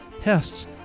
pests